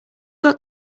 got